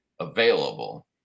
available